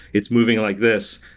it's moving like this.